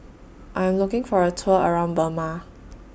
I Am looking For A Tour around Burma